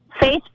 Facebook